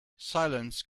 silence